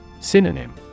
Synonym